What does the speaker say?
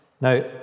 Now